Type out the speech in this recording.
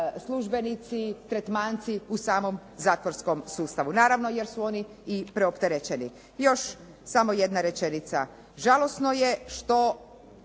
službenici, tretmanci u samom zatvorskom sustavu. Naravno jer su oni i preopterećeni. Još samo jedna rečenica. Žalosno je što